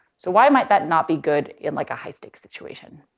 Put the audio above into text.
so why might that not be good in, like, a high-stakes situation.